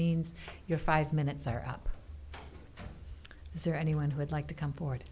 means your five minutes are up is there anyone who would like to come forward